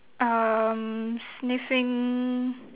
um sniffing